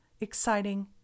exciting